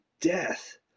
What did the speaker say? death